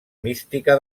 mística